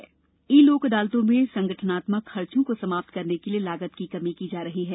ई लोक अदालतों में संगठनात्मक खर्चों को समाप्त करने के लिए लागत की कमी की जा रही है